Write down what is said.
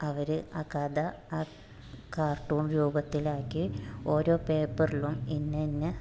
അവർ ആ കഥ ആ കാർട്ടൂൺ രൂപത്തിലാക്കി ഓരോ പേപ്പറിലും ഇന്നിന്ന